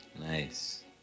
Nice